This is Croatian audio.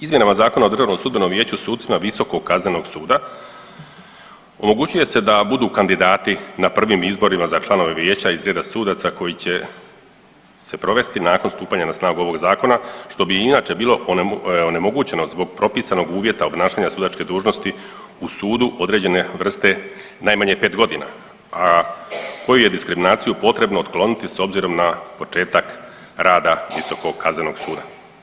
Izmjenama Zakona o DSV sucima visokog kaznenog suda omogućuje se da budu kandidati na prvim izborima za članove vijeća iz reda sudaca koji će se provesti nakon stupanja na snagu ovog zakona što bi im inače bilo onemogućeno zbog propisanog uvjeta obnašanja sudačke dužnosti u sudu određene vrste najmanje 5.g., a koju je diskriminaciju potrebno otkloniti s obzirom na početak rada visokog kaznenog suda.